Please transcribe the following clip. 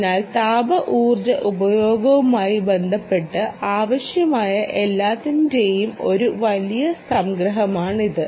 അതിനാൽ താപ ഊർജ്ജ ഉപയോഗവുമായി ബന്ധപ്പെട്ട് ആവശ്യമായ എല്ലാറ്റിന്റെയും ഒരു വലിയ സംഗ്രഹമാണിത്